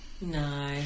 No